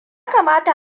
kamata